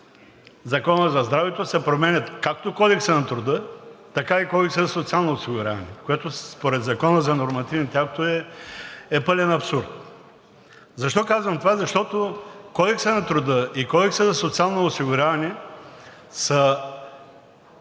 Закона за здравето се променят както Кодексът на труда, така и Кодексът за социално осигуряване, което според Закона за нормативните актове е пълен абсурд. Защо казвам това? Защото Кодексът на труда и Кодексът за социално осигуряване са